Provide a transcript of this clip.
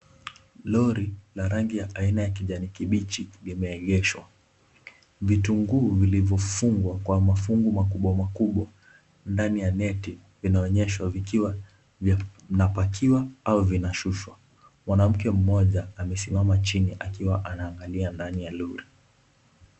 Lori la aina ya kijani kibichi lime egeshwa vitungu vilivo fungwa kwa mafungu makubwa makubwa ndani ya neti vina onyeshwa vikiwa vina pakiwa au vina shushwa mwanamke mmoja amesimama chini akiwa ana agalia ndani ya lori.